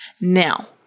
Now